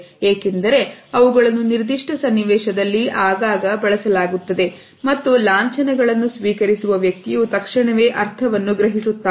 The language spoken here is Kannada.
ಏಕೆಂದರೆ ಅವುಗಳನ್ನು ನಿರ್ದಿಷ್ಟ ಸನ್ನಿವೇಶದಲ್ಲಿ ಆಗಾಗ ಬಳಸಲಾಗುತ್ತದೆ ಮತ್ತು ಲಾಂಛನಗಳನ್ನು ಸ್ವೀಕರಿಸುವ ವ್ಯಕ್ತಿಯು ತಕ್ಷಣವೇ ಅರ್ಥವನ್ನು ಗ್ರಹಿಸುತ್ತಾನೆ